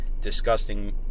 disgusting